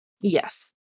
Yes